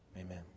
amen